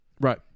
Right